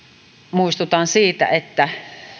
muistutan siitä että